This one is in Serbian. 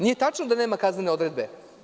Nije tačno da nema kaznene odredbe.